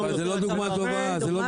זאת לא דוגמה טובה.